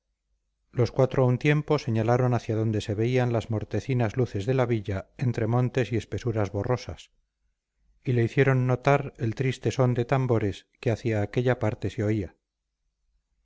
los cuatro a un tiempo señalaron hacia donde se veían las mortecinas luces de la villa entre montes y espesuras borrosas y le hicieron notar el triste son de tambores que hacia aquella parte se oía